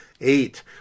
Eight